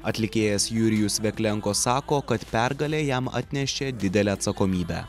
atlikėjas jurijus veklenko sako kad pergalė jam atnešė didelę atsakomybę